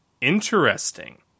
interesting